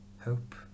Hope